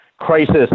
crisis